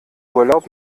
urlaub